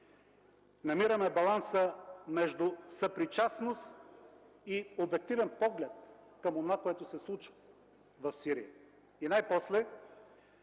Намираме баланса между съпричастност и обективен поглед към онова, което се случва в Сирия.